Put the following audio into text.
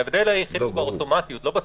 ההבדל היחיד הוא באוטומטיות, לא בסמכות.